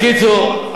הקיצור,